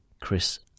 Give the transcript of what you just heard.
Chris